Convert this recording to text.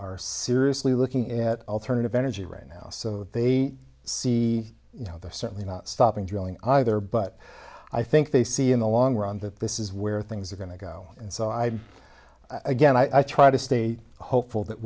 are seriously looking at alternative energy right now so they see how they're certainly not stopping drilling either but i think they see in the long run that this is where things are going to go and so i again i try to stay hopeful that